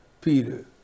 Peter